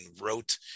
wrote